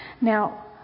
Now